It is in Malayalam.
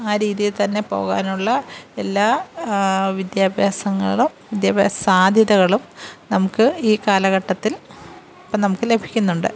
ആ രീതിയിൽ തന്നെ പോകാനുള്ള എല്ലാ വിദ്യാഭ്യാസങ്ങൾ വിദ്യാഭ്യാസ സാധ്യതകളും നമുക്ക് ഈ കാലഘട്ടത്തില് ഇപ്പം നമുക്ക് ലഭിക്കുന്നുണ്ട്